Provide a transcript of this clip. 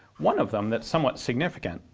one of them that's somewhat significant,